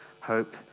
hope